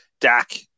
Dak